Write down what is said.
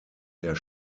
der